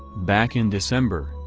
back in december,